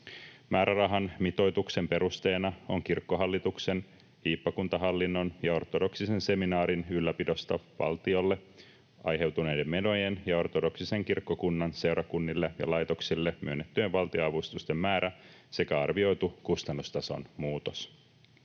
Määrärahan mitoituksen perusteena on kirkollishallituksen, hiippakuntahallinnon ja ortodoksisen seminaarin ylläpidosta valtiolle aiheutuneiden menojen ja ortodoksisen kirkkokunnan seurakunnille ja laitoksille myönnettyjen valtionavustusten määrä sekä arvioitu kustannustason muutos.